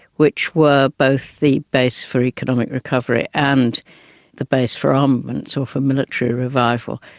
which were both the base for economic recovery and the base for armaments or for military revival,